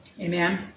Amen